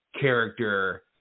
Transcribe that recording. character